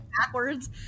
backwards